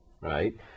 right